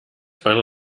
bahn